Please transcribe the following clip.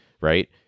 right